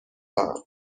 خواهم